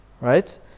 right